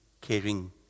caring